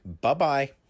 Bye-bye